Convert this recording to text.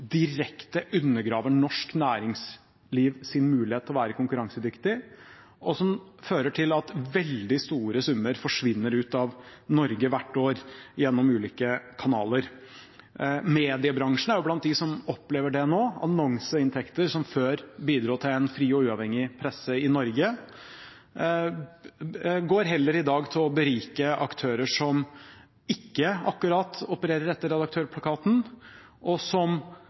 direkte undergraver norsk næringslivs mulighet til å være konkurransedyktige, og som fører til at veldig store summer forsvinner ut av Norge hvert år gjennom ulike kanaler. Mediebransjen er blant dem som opplever dette nå. Annonseinntekter som før bidro til en fri og uavhengig presse i Norge, går i dag heller til å berike aktører som ikke akkurat opererer etter redaktørplakaten, og som